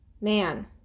man